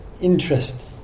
interest